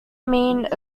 mean